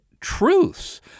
truths